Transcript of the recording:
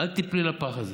אל תיפלי בפח הזה.